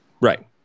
Right